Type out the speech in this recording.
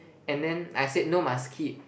and then I said no must keep